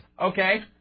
Okay